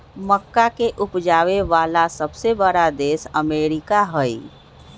मक्का के उपजावे वाला सबसे बड़ा देश अमेरिका हई